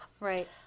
Right